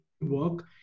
work